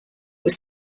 was